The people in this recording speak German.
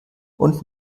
und